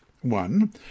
One